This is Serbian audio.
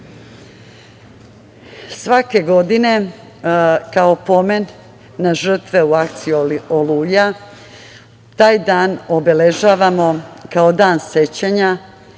glave. Svake godine, kao pomen na žrtve u akciji „Oluja“, taj dan obeležavamo kao dan sećanja,